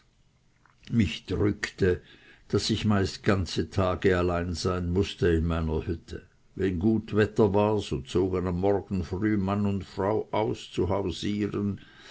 mich drückte daß ich meist ganze tage allein sein mußte wenn gut wetter war so zogen am frühen morgen mann und frau